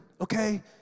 okay